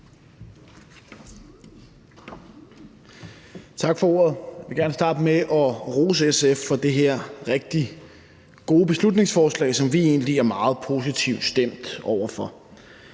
Tak for ordet. Jeg vil gerne starte med at rose SF for det her rigtig gode beslutningsforslag, som vi egentlig er meget positivt stemt over for.